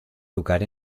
lugar